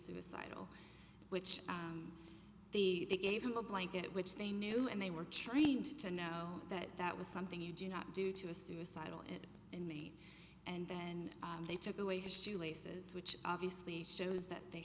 suicidal which they gave him a blanket which they knew and they were trained to know that that was something you do not do to a suicidal it and mean and then they took away his shoelaces which obviously shows that they